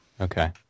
Okay